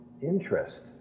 interest